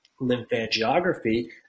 lymphangiography